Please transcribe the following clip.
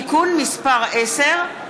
(תיקון מס' 10),